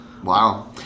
Wow